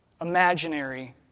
imaginary